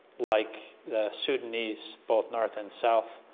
like the sudanis, both north and south,